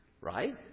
right